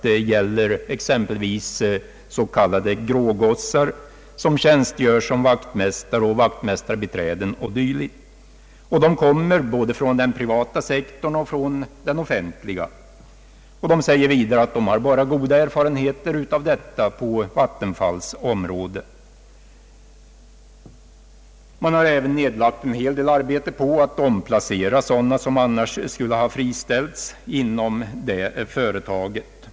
Detta gäller exempelvis s.k. grågossar som tjänstgör som vaktmästare, vaktmästarbiträden o.d. De kommer från både den privata sektorn och den offenliga och vattenfallsverket säger att man haft goda erfarenheter därav. Man har även lagt ned en hel del arbete på att omplacera sådan som annars skulle ha friställts inom detta företag.